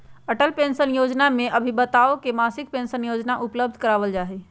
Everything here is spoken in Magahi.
अटल पेंशन योजना में अभिदाताओं के मासिक पेंशन उपलब्ध करावल जाहई